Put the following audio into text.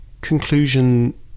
conclusion